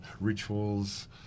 rituals